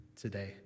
today